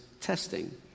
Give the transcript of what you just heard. testing